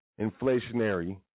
inflationary